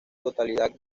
totalidad